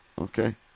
Okay